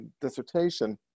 dissertation